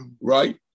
right